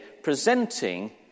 presenting